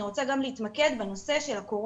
אני רוצה להתמקד בקורונה.